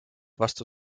vastu